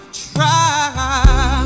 try